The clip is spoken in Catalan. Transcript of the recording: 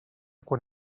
quan